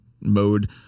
mode